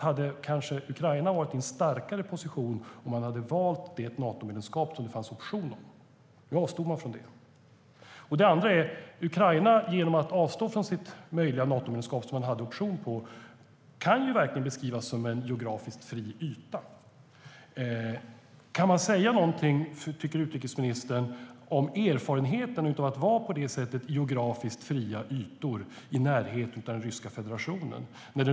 Hade kanske Ukraina varit i en starkare position om landet hade valt det Natomedlemskap som det fanns option på? Nu avstod Ukraina. Ukraina valde att avstå från sitt möjliga Natomedlemskap som landet hade option på, och det kan verkligen beskrivas som en geografiskt fri yta. Tycker utrikesministern att det går att säga något om erfarenheten av att ett land på det sättet har geografiskt fria ytor i närheten av Ryska federationen?